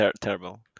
terrible